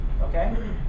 Okay